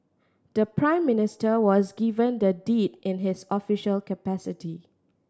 the Prime Minister was given the deed in his official capacity